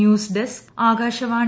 news desk Akashvani